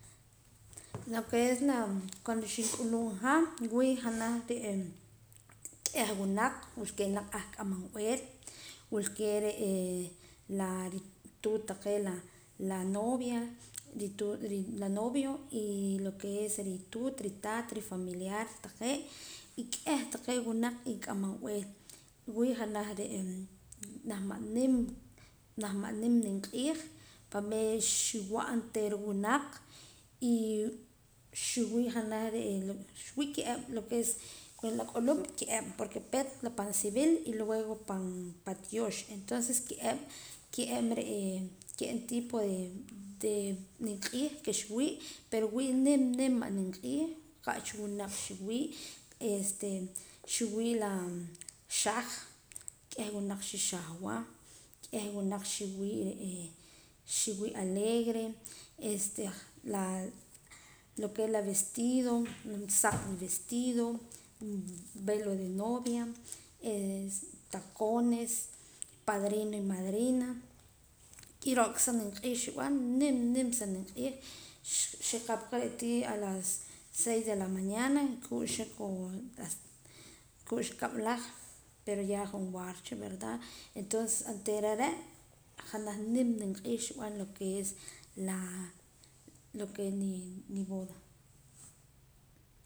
Lo que es la cuando xink'uluum ha wii' junaj k'ih winaq wilkee' naq ahk'amalb'ee wulkee' la rituut taqee' la novia rituut la novio y lo que es rituut taat rifamiliar taqee' y k'ih taqee' winaq k'amanb'ee wii' janaj re' janaj ma' nim janaj ma' nim nim q'iij pa' meer xiwa'a oontera winaq y xiwii' junaj re' xwii' ka'ab' lo que es la k'uluum porque peet la pan civil y luego pan pan rupaat tiyoox entonces ka'ab' ka'ab' ka'ab' re' tipo de de nim q'iij que xwii' pero wii' nim nim ma' nim q'iij ka' cha winaq xiwii' este xiwii' la xaj k'eh winaq xixajwa k'ih winaq xi wii' alegre este la lo que es la vestido saq la vestido velo de novia tacones padrino y madrina kiro' aka sa nim q'iij xib'an nim nim sa nim q'iij xikap cha re' tii' je' las seis de la mañana ku'xa kab'laj pero ya junwaar cha verda entonces oontera are' junaj nim nimq'iij lo que es la lo que es mi boda.